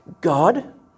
God